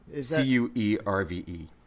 C-U-E-R-V-E